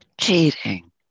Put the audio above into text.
cheating